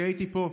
כי הייתי פה,